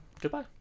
Goodbye